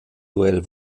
duell